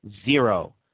zero